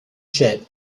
jet